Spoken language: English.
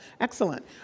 excellent